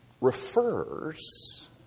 refers